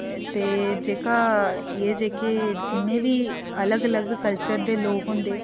ते जेह्का इ'यै जेह्के जिन्ने बी अलग अलग कल्चर दे लोक होंदे